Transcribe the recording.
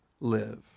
live